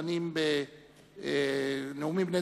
בעד, אין מתנגדים, אין נמנעים.